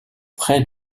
près